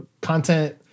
content